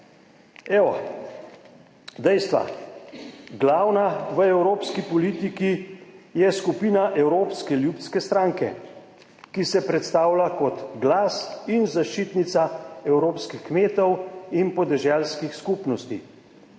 Evo dejstva. Glavna v evropski politiki je skupina Evropske ljudske stranke, ki se predstavlja kot glas in zaščitnica evropskih kmetov in podeželskih skupnosti.